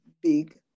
big